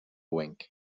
wink